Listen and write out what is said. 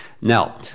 Now